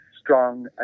strong